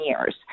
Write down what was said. years